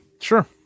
Sure